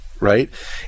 right